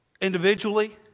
Individually